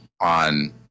on